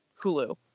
Hulu